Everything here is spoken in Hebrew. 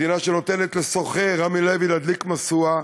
מדינה שנותנת לסוחר רמי לוי להדליק משואה